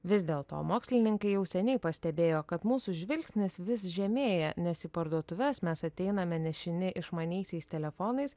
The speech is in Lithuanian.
vis dėl to mokslininkai jau seniai pastebėjo kad mūsų žvilgsnis vis žemėja nes į parduotuves mes ateiname nešini išmaniaisiais telefonais